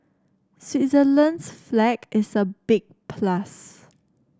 Switzerland's flag is a big plus